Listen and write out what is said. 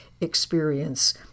experience